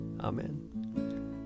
Amen